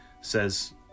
says